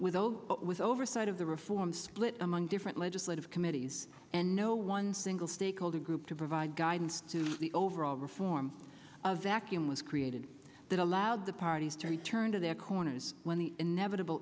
zero with oversight of the reform split among different legislative committees and no one single stakeholder group to provide guidance to the overall reform of that when was created that allowed the parties to return to their corners when the inevitable